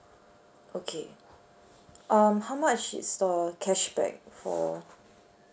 okay um how much is the cashback for